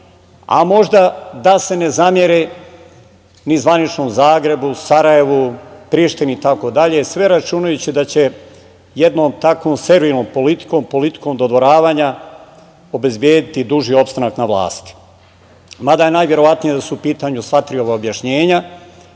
a možda da se ne zamere ni zvaničnom Zagrebu, Sarajevu, Prištini, itd, sve računajući da će jednom takvom servilnom politikom, politikom dodvoravanja obezbediti duži opstanak na vlasti. Mada je najverovatnije da su u pitanju sva tri ova objašnjenja. Da